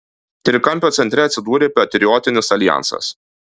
trikampio centre atsidūrė patriotinis aljansas